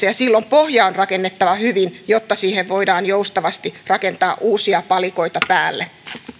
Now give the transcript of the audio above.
ja silloin pohja on rakennettava hyvin jotta siihen voidaan joustavasti rakentaa uusia palikoita päälle